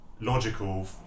Logical